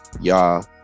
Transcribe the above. y'all